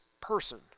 person